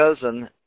cousin